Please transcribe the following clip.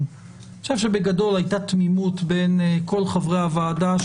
גם בעקבות הפעולה הנמרצת של חברים בוועדה,